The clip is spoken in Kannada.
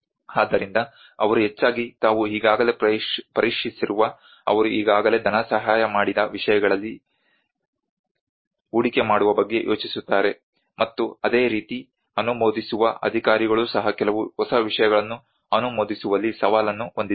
ಆದ್ದರಿಂದ ಅವರು ಹೆಚ್ಚಾಗಿ ತಾವು ಈಗಾಗಲೇ ಪರೀಕ್ಷಿಸಿರುವ ಅವರು ಈಗಾಗಲೇ ಧನಸಹಾಯ ಮಾಡಿದ ವಿಷಯದಲ್ಲಿ ಹೂಡಿಕೆ ಮಾಡುವ ಬಗ್ಗೆ ಯೋಚಿಸುತ್ತಾರೆ ಮತ್ತು ಅದೇ ರೀತಿ ಅನುಮೋದಿಸುವ ಅಧಿಕಾರಿಗಳೂ ಸಹ ಕೆಲವು ಹೊಸ ವಿಷಯಗಳನ್ನು ಅನುಮೋದಿಸುವಲ್ಲಿ ಸವಾಲನ್ನು ಹೊಂದಿದ್ದಾರೆ